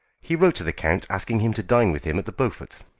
he wrote to the count asking him to dine with him at the beaufort.